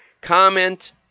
Comment